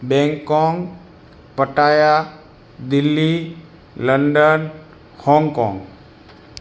Bangkok Pattaya Delhi London Hong Kong